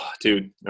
Dude